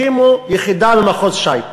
הקימו יחידה במחוז ש"י.